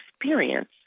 experience